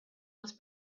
was